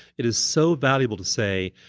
it is so valuable to say,